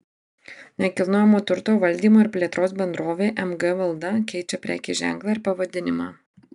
nekilnojamojo turto valdymo ir plėtros bendrovė mg valda keičia prekės ženklą ir pavadinimą